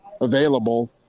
available